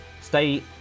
Stay